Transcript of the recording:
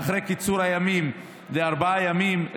ואחרי קיצור הימים לארבעה ימים,